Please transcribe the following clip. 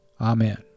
Amen